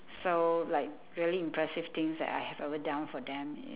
so like really impressive things that I have ever done for them